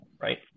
right